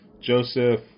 joseph